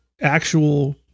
actual